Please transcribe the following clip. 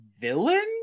villain